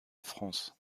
france